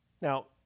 Now